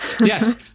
Yes